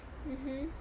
mmhmm